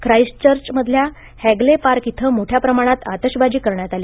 Christchurch मधल्या Hagley Park इथं मोठ्या प्रमाणात आतषबाजी करण्यात आली